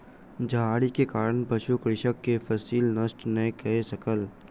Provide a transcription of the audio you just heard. झाड़ी के कारण पशु कृषक के फसिल नष्ट नै कय सकल